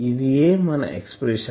ఇదియే మన ఎక్సప్రెషన్